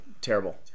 terrible